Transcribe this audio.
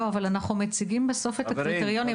לא, אבל אנחנו מציגים בסוף את הקריטריונים.